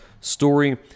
story